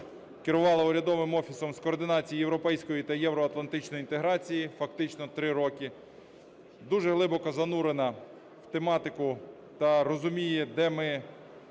керувала Урядовим офісом координації європейської та євроатлантичної інтеграції фактично 3 роки. Дуже глибоко занурена в тематику та розуміє, де ми